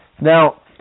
Now